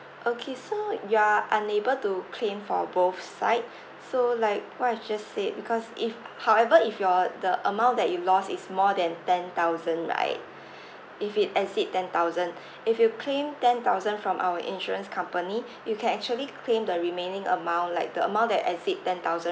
okay so you are unable to claim for both side so like what I just said because if however if you're the amount that you lost is more than ten thousand right if it exceed ten thousand if you claim ten thousand from our insurance company you can actually claim the remaining amount like the amount that exceed ten thousand